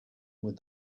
with